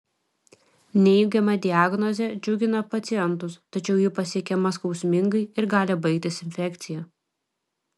neigiama diagnozė džiugina pacientus tačiau ji pasiekiama skausmingai ir gali baigtis infekcija